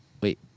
wait